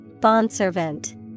Bondservant